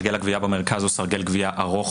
סרגל הגבייה במרכז הוא סרגל גבייה ארוך